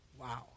Wow